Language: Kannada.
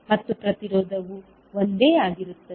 ಮತ್ತು ಪ್ರತಿರೋಧವು ಒಂದೇ ಆಗಿರುತ್ತದೆ